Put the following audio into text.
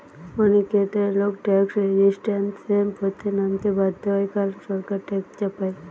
অনেক ক্ষেত্রে লোক ট্যাক্স রেজিস্ট্যান্সের পথে নামতে বাধ্য হয় কারণ সরকার ট্যাক্স চাপায়